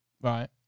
Right